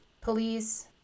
police